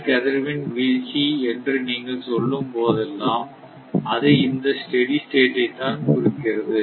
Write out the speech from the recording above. static அதிர்வெண் வீழ்ச்சி என்று நீங்கள் சொல்லும் போதெல்லாம் அது இந்த ஸ்டெடி ஸ்டேட் ஐ தான் குறிக்கிறது